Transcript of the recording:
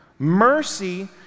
Mercy